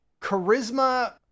charisma